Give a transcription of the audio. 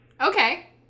Okay